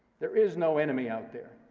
there is no enemy out there.